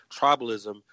tribalism